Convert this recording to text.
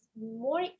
more